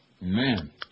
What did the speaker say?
man